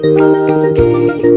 Boogie